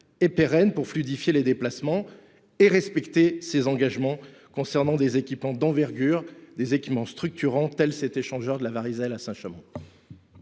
apporter pour fluidifier les déplacements et respecter ses engagements concernant des équipements d’envergure et structurants, comme cet échangeur de la Varizelle à Saint Chamond